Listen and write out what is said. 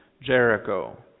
Jericho